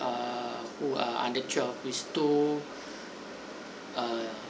uh who are under twelve is two uh